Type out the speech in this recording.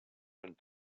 and